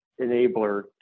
enabler